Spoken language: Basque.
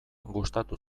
gustatu